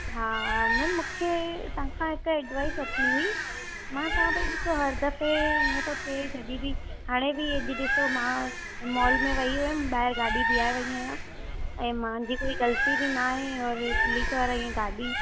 हा मैम मूंखे तव्हांखां हिकु एड्वाईस वठिणी हुई मैम तव्हां भई ॾिसो हर दफ़े ईअं थो थिए जॾहिं बि हाणे बि ईअं अॼु ॾिसो मां मॉल में वई हुयमि ॿाहिरि गाॾी बीहारे वई आहियां ऐं मुंहिंजी कोई ग़लिती बि न आहे ऐं पुलिस वारा ईअं गाॾी